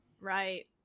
Right